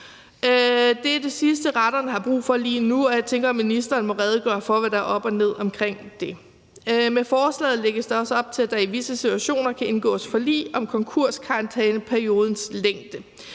Det er det sidste, retterne har brug for lige nu, og jeg tænker, at ministeren vil redegøre for, hvad der er op og ned i det. Med forslaget lægges der også op til, at der i visse situationer kan indgås forlig om konkurskarantæneperiodens længde.